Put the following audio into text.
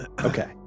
okay